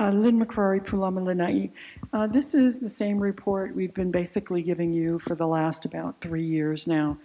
with this is the same report we've been basically giving you for the last about three years now